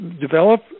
develop